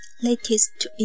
latest